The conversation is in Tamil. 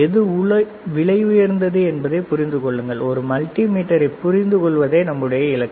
எது விலை உயர்ந்தது என்பதைப் புரிந்து கொள்ளுங்கள் ஒரு மல்டி மீட்டரை புரிந்து கொள்வதே நம்முடைய இலக்கு